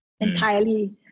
entirely